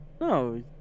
No